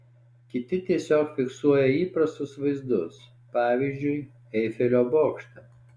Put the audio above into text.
kiti tiesiog fiksuoja įprastus vaizdus pavyzdžiui eifelio bokštą